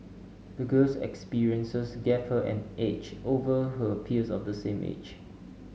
the girl's experiences gave her an edge over her peers of the same age